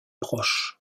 proche